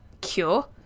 cure